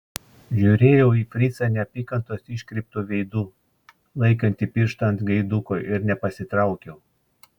žiūrėjau į fricą neapykantos iškreiptu veidu laikantį pirštą ant gaiduko ir nepasitraukiau